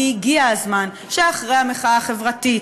כי הגיע הזמן שאחרי המחאה החברתית,